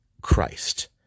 Christ